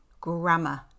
grammar